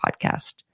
podcast